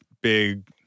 big